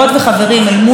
המתלהם,